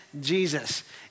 Jesus